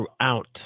throughout